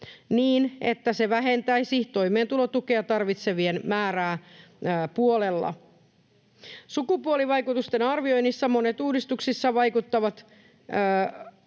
niin, että se vähentäisi toimeentulotukea tarvitsevien määrää puolella. Sukupuolivaikutusten arvioinnissa monet tässä uudistuksessa käyttöön